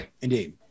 Indeed